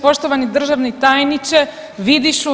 Poštovani državni tajniče Vidišu.